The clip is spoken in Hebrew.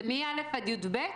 זה מא' עד י"ב?